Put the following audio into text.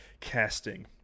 Casting